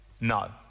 No